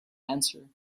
answer